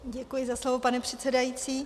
Děkuji za slovo, pane předsedající.